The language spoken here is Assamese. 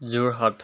যোৰহাট